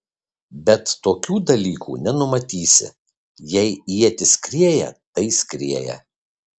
bet tokių dalykų nenumatysi jei ietis skrieja tai skrieja